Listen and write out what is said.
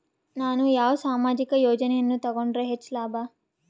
ನಾನು ಯಾವ ಸಾಮಾಜಿಕ ಯೋಜನೆಯನ್ನು ತಗೊಂಡರ ಹೆಚ್ಚು ಲಾಭ?